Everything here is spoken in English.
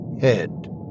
head